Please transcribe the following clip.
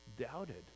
doubted